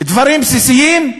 דברים בסיסיים,